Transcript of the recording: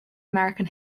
american